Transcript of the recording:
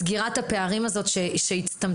סגירת הפערים שהצטמצמה.